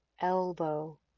elbow